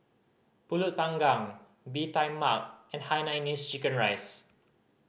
Pulut Panggang Bee Tai Mak and hainanese chicken rice